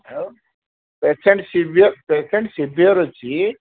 ଆଉ patient severe patient severe ଅଛି